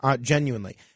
genuinely